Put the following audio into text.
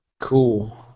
Cool